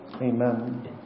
amen